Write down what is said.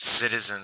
Citizens